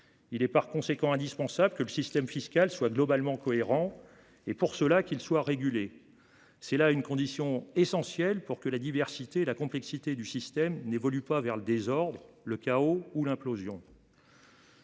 Il est par conséquent indispensable que le système fiscal soit globalement cohérent et, pour cela, qu’il soit régulé. C’est là une condition essentielle pour que la diversité et la complexité du système n’évoluent pas vers le désordre, le chaos ou l’implosion.